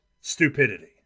stupidity